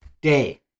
Day